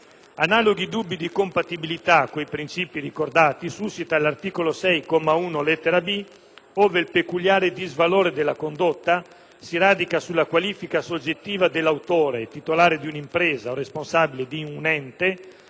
Analoghi dubbi di compatibilità con i princìpi ricordati suscita l'articolo 6, comma 1, lettera *b)*, ove il peculiare disvalore della condotta si radica sulla qualifica soggettiva dell'autore, titolare di un'impresa o responsabile di un ente,